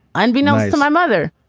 unbeknownst to my mother,